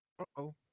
Uh-oh